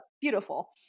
beautiful